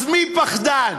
אז מי פחדן?